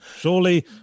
Surely